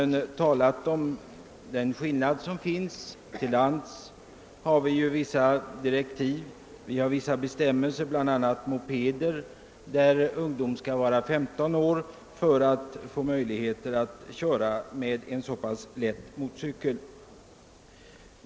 I fråga om landtrafik finns det ju vissa bestämmelser. Beträffande t.ex. mopedkörning skall ungdomarna ha fyllt 15 år för att få köra, trots att det rör sig om en så pass lätt motorcykel.